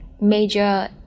major